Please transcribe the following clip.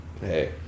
Hey